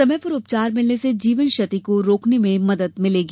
समय पर उपचार मिलने से जीवन क्षति को रोकने में मदद मिलेगी